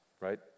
right